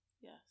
Yes